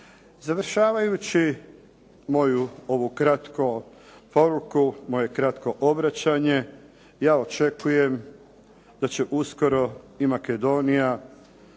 Završavajući moju ovu kratku poruku, moje kratko obraćanje ja očekujem da će uskoro i Makedonija,